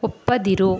ಒಪ್ಪದಿರು